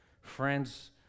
friends